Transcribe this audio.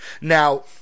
Now